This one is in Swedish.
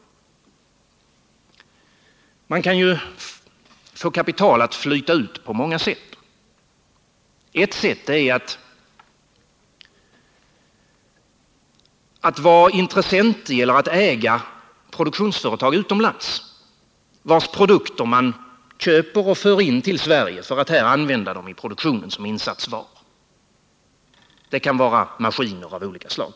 Man kan få kapital att flyta ut på många sätt. Ett sätt är att vara intressent i eller ägare av produktionsföretag utomlands och att köpa deras produkter till Sverige för att här använda dem som insatsvaror i produktionen. Det kan t.ex. vara fråga om maskiner av olika slag.